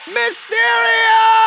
mysterio